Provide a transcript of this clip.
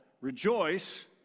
rejoice